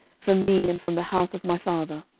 from me, and from the house of my father.